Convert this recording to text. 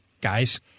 guys